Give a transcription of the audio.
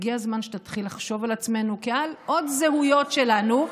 הגיע הזמן שתתחיל לחשוב על עצמנו כעל עוד זהויות שלנו,